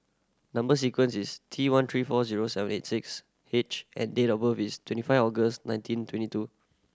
number sequence is T one three four zero seven eight six H and date of birth is twenty five August nineteen twenty two